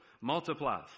multiply